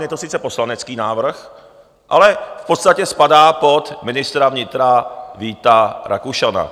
Je to sice poslanecký návrh, ale v podstatě spadá pod ministra vnitra Víta Rakušana.